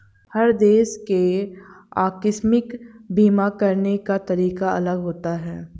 हर देश के आकस्मिक बीमा कराने का तरीका अलग होता है